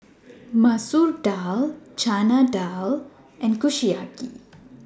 Masoor Dal Chana Dal and Kushiyaki